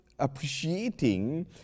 Appreciating